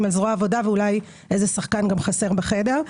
על זרוע העבודה ואולי איזה שחקן חסר בחדר.